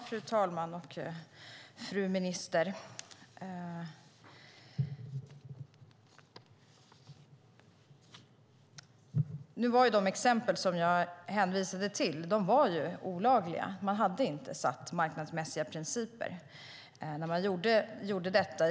Fru talman! Fru minister! De exempel som jag hänvisade till var olagliga. Man följde inte marknadsmässiga principer när man gjorde detta.